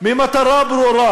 במטרה ברורה,